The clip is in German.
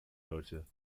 deutsche